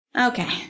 Okay